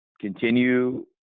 continue